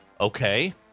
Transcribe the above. Okay